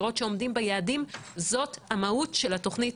התוכנית